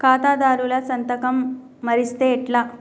ఖాతాదారుల సంతకం మరిస్తే ఎట్లా?